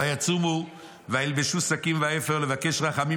ויצומו וילבשו שקים ואפר לבקש רחמים